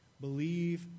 believe